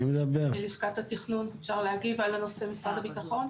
מלשכת התכנון אפשר להגיב על נושא משרד הביטחון?